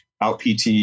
out-PT